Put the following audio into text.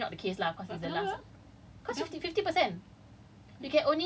or I will receive my last assignment which is usually not the case lah cause of the last